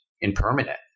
impermanent